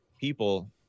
people